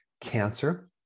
cancer